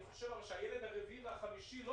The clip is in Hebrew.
אני חושב שהילד הרביעי והחמישי לא